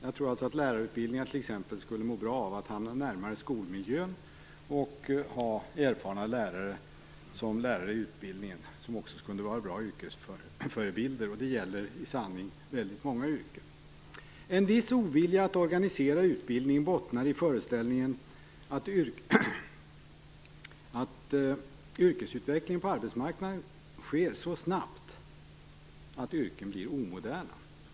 Jag tror att t.ex. lärarutbildningar skulle må bra av att hamna närmare skolmiljön och ha erfarna lärare som lärare i utbildningen, som också kunde vara bra yrkesförebilder. Det gäller i sanning väldigt många yrken. En viss ovilja att organisera utbildning bottnar i föreställningen att yrkesutvecklingen på arbetsmarknaden sker så snabbt att yrken blir omoderna.